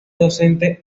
docente